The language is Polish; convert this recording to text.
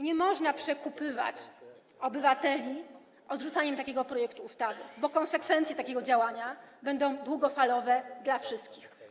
Nie można przekupywać obywateli odrzucaniem takiego projektu ustawy, bo konsekwencje takiego działania będą długofalowe dla wszystkich.